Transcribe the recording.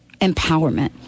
empowerment